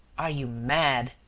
are you mad?